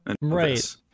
Right